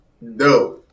No